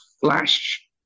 flash